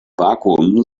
vakuum